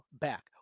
back